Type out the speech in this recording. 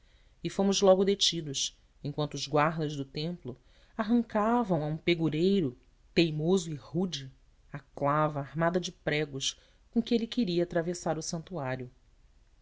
e fomos logo detidos em quanto os guardas do templo arrancavam a um pegureiro teimoso e rude a clava armada de pregos com que ele queria atravessar o santuário